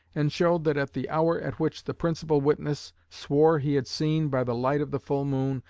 and showed that at the hour at which the principal witness swore he had seen, by the light of the full moon,